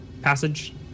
passage